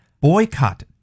Boycott